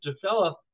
develop